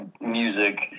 music